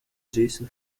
jason